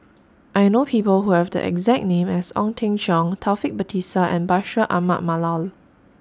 I know People Who Have The exact name as Ong Teng Cheong Taufik Batisah and Bashir Ahmad Mallal